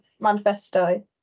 manifesto